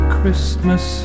Christmas